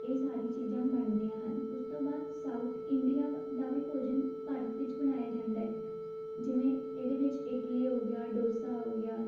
ਇਹ ਸਾਰੀ ਚੀਜ਼ਾਂ ਬਣਦੀਆਂ ਹਨ ਉਸ ਤੋਂ ਬਾਅਦ ਸਾਉਥ ਇੰਡੀਆ ਦਾ ਵੀ ਭੋਜਨ ਭਾਰਤ ਵਿੱਚ ਬਣਾਇਆ ਜਾਂਦਾ ਹੈ ਜਿਵੇਂ ਇਹਦੇ ਵਿੱਚ ਇਡਲੀ ਹੋ ਗਿਆ ਡੋਸਾ ਹੋ ਗਿਆ